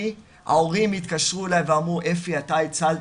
ההורים התקשרו אליי ואמרו "..אפי אתה הצלת,